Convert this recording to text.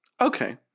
Okay